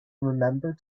remember